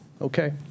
okay